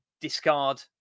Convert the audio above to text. discard